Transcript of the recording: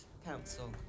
council